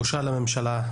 בושה לממשלה,